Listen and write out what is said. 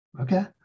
okay